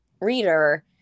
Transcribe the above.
reader